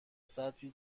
سطحی